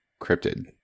cryptid